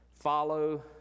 Follow